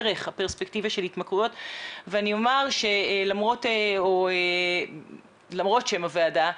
ואני אומר שלמרות שם הוועדה,